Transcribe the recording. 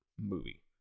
movie